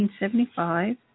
1975